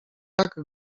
tak